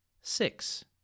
six